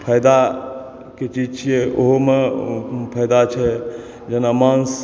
फायदाके चीज छियै ओहुमे फायदा छै जेना माँस